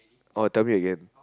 oh tell me again